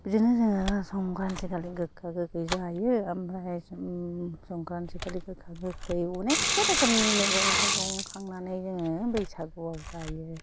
बिदिनो जोङो संख्रान्ति खालि गोखा गोखै जायो आमफ्राय जों संख्रान्ति खालि गोखा गोखै अनेखथा रोखोमनि मैगं थायगं खांनानै जोङो बैसागुआव जायो